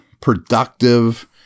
productive